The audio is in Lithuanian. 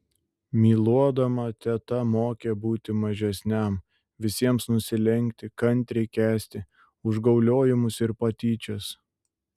myluodama teta mokė būti mažesniam visiems nusilenkti kantriai kęsti užgauliojimus ir patyčias